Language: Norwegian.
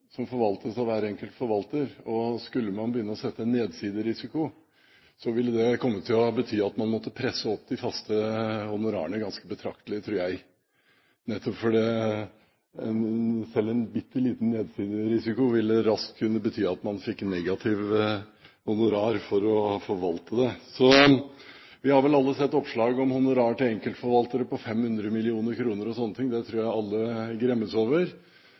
som forvaltes av hver enkelt forvalter. Skulle man begynne å sette nedsidebonus, tror jeg det ville komme til å bety at man måtte presse opp de faste honorarene ganske betraktelig, nettopp fordi selv en bitte liten nedsidebonus raskt ville kunne bety at man fikk negativt honorar for å forvalte et fond. Vi har vel alle sett oppslag om honorar til enkeltforvaltere på 500 mill. kr og slike ting – det tror jeg alle gremmes over.